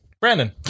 Brandon